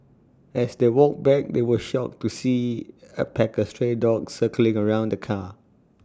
as they walked back they were shocked to see A pack of stray dogs circling around the car